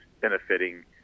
benefiting